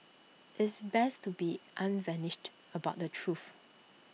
it's best to be unvarnished about the truth